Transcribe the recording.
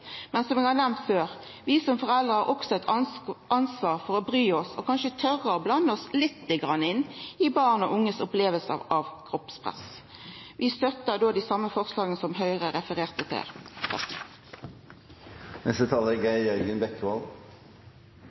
Men som eg har nemnt før: Vi som foreldre har også eit ansvar for å bry oss og kanskje tora å blanda oss lite grann inn i barn og unges opplevingar av kroppspress. Vi støttar dei same forslaga som Høgre refererte til.